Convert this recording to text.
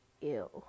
ill